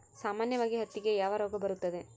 ಸಾಮಾನ್ಯವಾಗಿ ಹತ್ತಿಗೆ ಯಾವ ರೋಗ ಬರುತ್ತದೆ?